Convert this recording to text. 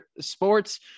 sports